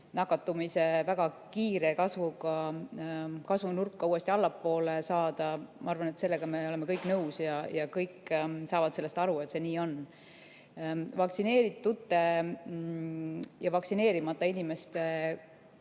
nakatumise väga kiire kasvunurk uuesti allapoole saada, ma arvan, me kõik oleme nõus ja kõik saavad aru, et see nii on. Vaktsineeritud ja vaktsineerimata inimeste